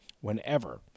whenever